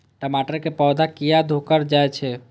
टमाटर के पौधा किया घुकर जायछे?